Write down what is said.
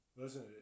listen